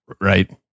right